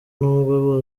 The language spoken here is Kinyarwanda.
n’ubwo